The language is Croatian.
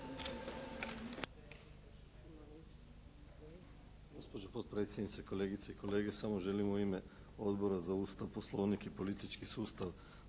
Hvala vam